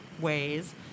ways